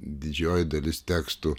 didžioji dalis tekstų